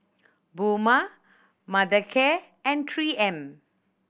Puma Mothercare and Three M